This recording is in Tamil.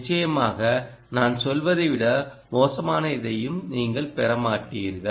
நிச்சயமாக நான் சொல்வதை விட மோசமான எதையும் நீங்கள் பெற மாட்டீர்கள்